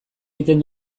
egiten